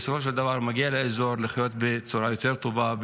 בסופו של דבר מגיע לאזור לחיות בצורה יותר טובה,